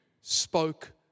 Spoke